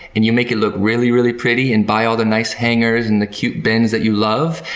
and you make it look really, really pretty, and buy all the nice hangers and the cute bins that you love,